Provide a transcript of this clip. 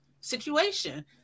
situation